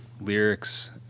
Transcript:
lyrics